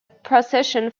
procession